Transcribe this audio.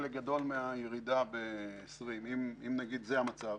חלק גדול מהירידה ב-2020, אם נגיד שזה המצב,